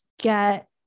get